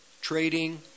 trading